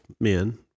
men